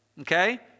okay